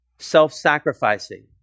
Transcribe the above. self-sacrificing